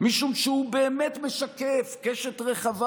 משום שהוא באמת משקף קשת רחבה,